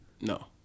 No